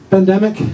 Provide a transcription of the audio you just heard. Pandemic